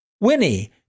Winnie